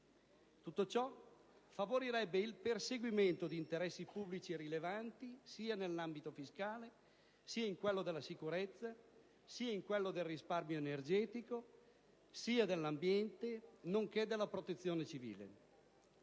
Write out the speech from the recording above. Tutto ciò favorirebbe il perseguimento di interessi pubblici rilevanti sia nell'ambito fiscale, sia in quello della sicurezza, in quello del risparmio energetico, dell'ambiente, nonché della protezione civile.